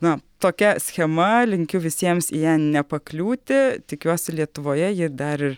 na tokia schema linkiu visiems į ją nepakliūti tikiuosi lietuvoje ji dar ir